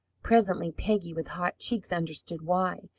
presently peggy, with hot cheeks, understood why.